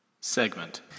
Segment